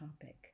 topic